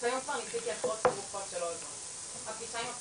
כיום כבר ניסיתי את כל התרופות, שלא עזרו.